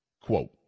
Quote